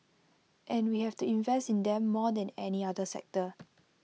and we have to invest in them more than any other sector